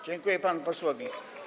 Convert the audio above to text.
Dziękuję panu posłowi.